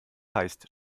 heißt